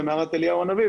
ומערת אליהו הנביא.